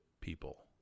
people